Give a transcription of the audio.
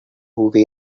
who